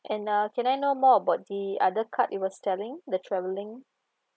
and uh can I know more about the other card you was telling the travelling